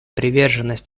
приверженность